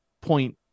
point